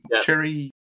Cherry